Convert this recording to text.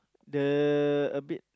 the a bit